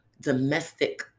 domestic